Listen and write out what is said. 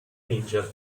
angel